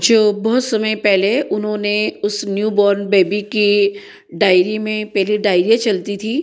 जो बहुत समय पहले उन्होंने उस न्यू बोर्न बेबी की डायरी में पहले डायरिया चलती थी